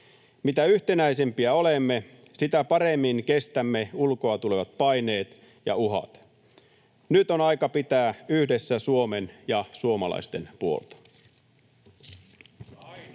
Mitä yhtenäisempiä olemme, sitä paremmin kestämme ulkoa tulevat paineet ja uhat. Nyt on aika pitää yhdessä Suomen ja suomalaisten puolta.